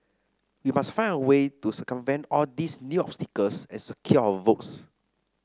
we must find a way to circumvent all these new obstacles and secure our votes